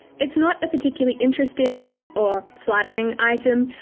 it's not a particularly interesting or flattering item,